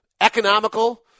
economical